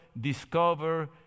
discover